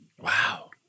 Wow